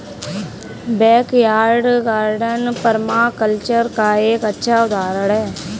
backyard garden permaculture का एक अच्छा उदाहरण हैं